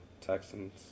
Texans